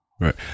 Right